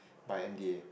by M_D_A